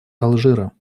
алжира